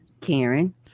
Karen